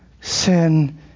sin